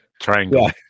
triangle